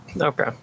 Okay